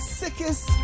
sickest